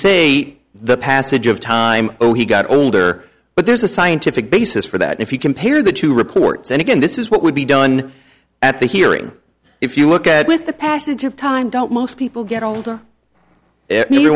say the passage of time he got older but there's a scientific basis for that if you compare the two reports and again this is what would be done at the hearing if you look at with the passage of time don't most people get older